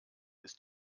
ist